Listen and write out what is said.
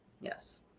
Yes